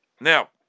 Now